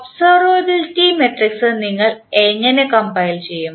observability matrix നിങ്ങൾ എങ്ങനെ compile ചെയ്യും